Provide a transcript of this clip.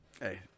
Hey